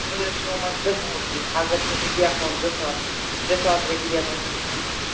مےٚ حظ چھِ ہُمہِ منٛزٕ زٕ بوٗٹ نِنۍ اگر ژٕ مےٚ دِکھ یِم زٕ ساس ترےٚ ساس رۄپیہِ دِمَے ژےٚ بہٕ دۄنوَے